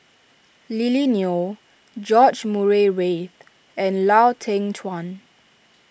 Lily Neo George Murray Reith and Lau Teng Chuan